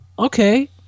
Okay